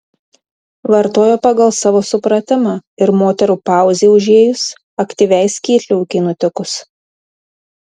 vartojo pagal savo supratimą ir moterų pauzei užėjus aktyviai skydliaukei nutikus